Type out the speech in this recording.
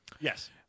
yes